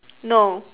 no